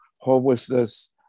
homelessness